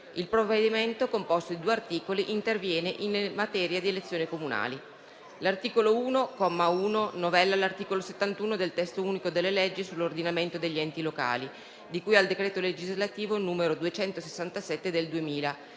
Il provvedimento, composto di due articoli, interviene in materia di elezioni comunali. L'articolo 1, comma 1, novella l'articolo 71 del testo unico delle leggi sull'ordinamento degli enti locali, di cui al decreto legislativo n. 267 del 2000,